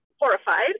horrified